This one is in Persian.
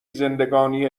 زندگانی